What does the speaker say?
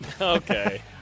Okay